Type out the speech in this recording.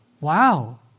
Wow